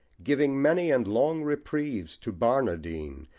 giving many and long reprieves to barnardine,